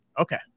Okay